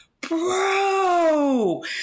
Bro